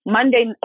Monday